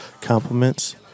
compliments